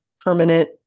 permanent